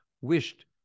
wished